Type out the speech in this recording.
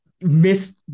miss